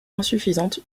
insuffisante